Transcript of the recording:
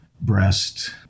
breast